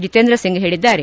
ಜಿತೇಂದ್ರಸಿಂಗ್ ಹೇಳಿದ್ದಾರೆ